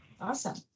Awesome